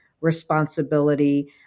responsibility